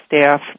staff